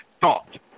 Thought